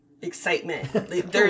excitement